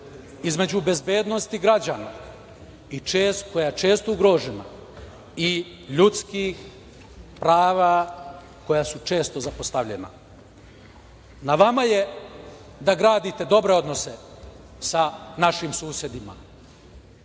između bezbednosti građana, koja je često ugrožena i ljudskih prava koja su često zapostavljena. Na vama je da gradite dobre odnose sa našim susedima,